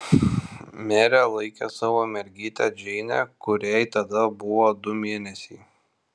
merė laikė savo mergytę džeinę kuriai tada buvo du mėnesiai